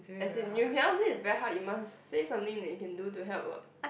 as in you cannot said is very hard you must say something that you can do to help what